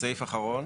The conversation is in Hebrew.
סעיף אחרון?